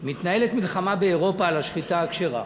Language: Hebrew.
מתנהלת מלחמה באירופה על השחיטה הכשרה.